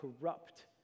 corrupt